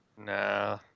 Nah